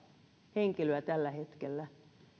henkilöä tällä hetkellä